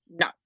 No